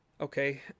Okay